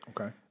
Okay